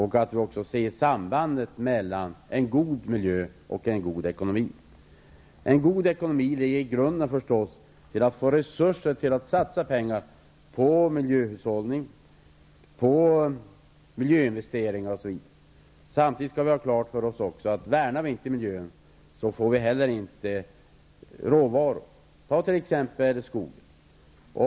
Vi måste också se sambandet mellan en god miljö och en god ekonomi. En god ekonomi är förstås grunden till att få resurser till att satsa pengar på miljöhushållning, miljöinvesteringar osv. Samtidigt skall vi ha klart för oss att om vi inte värnar miljön får vi inte råvaror. Ta skogen som exempel.